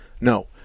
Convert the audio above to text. no